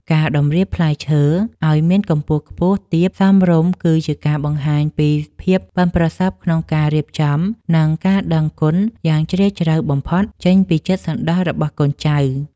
ការតម្រៀបផ្លែឈើឱ្យមានកម្ពស់ខ្ពស់ទាបសមរម្យគឺជាការបង្ហាញពីភាពប៉ិនប្រសប់ក្នុងការរៀបចំ និង ការដឹងគុណយ៉ាងជ្រាលជ្រៅបំផុតចេញពីចិត្តសន្តោសរបស់កូនចៅ។